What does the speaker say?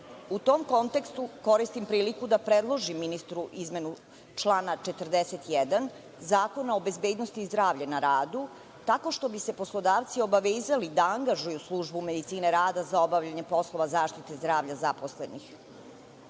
tom kontekstu, koristim priliku da predložim ministru izmenu člana 41. Zakona o bezbednosti i zdravlja na radu, tako što bi se poslodavci obavezali da angažuju službu medicine rada za obavljanje poslova zaštite zdravlja zaposlenih.